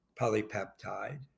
polypeptide